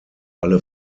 alle